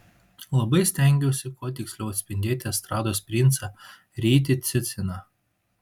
labai stengiausi kuo tiksliau atspindėti estrados princą rytį ciciną